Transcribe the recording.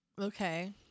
Okay